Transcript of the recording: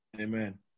Amen